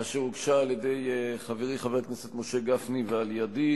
אשר הוגשה על-ידי חברי חבר הכנסת משה גפני ועל-ידי